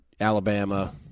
Alabama –